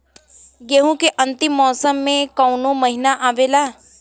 गेहूँ के अंतिम मौसम में कऊन महिना आवेला?